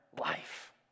life